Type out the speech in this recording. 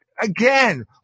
Again